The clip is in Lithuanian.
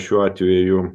šiuo atveju